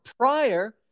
prior